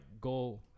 go